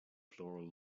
floral